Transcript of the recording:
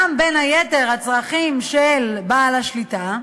גם, בין היתר, הצרכים של בעל השליטה,